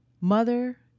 mother